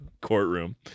courtroom